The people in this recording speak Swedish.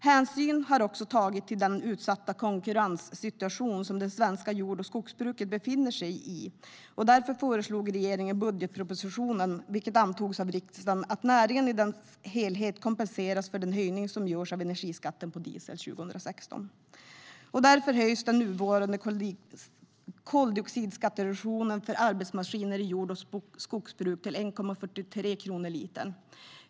Hänsyn har också tagits till den utsatta konkurrenssituation som det svenska jord och skogsbruket befinner sig i. Därför föreslog regeringen i budgetpropositionen, vilket antogs av riksdagen, att näringen i dess helhet kompenseras för den höjning som görs av energiskatten på diesel 2016. Därför höjs den nuvarande koldioxidskattereduktionen för arbetsmaskiner i jord och skogsbruk till 1,43 kronor per liter.